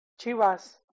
Chivas